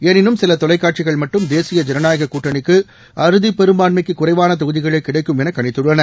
எனினும் சில தொலைக்காட்சிகள் மட்டும் தேசிய ஜனநாயக கூட்டணிக்கு அறுதிபெரும்பான்மைக்கு குறைவான தொகுதிகளே கிடைக்கும் என கணித்துள்ளன